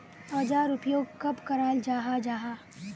औजार उपयोग कब कराल जाहा जाहा?